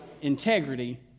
integrity